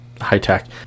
high-tech